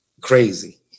Crazy